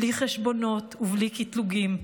בלי חשבונות ובלי קטלוגים.